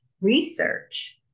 research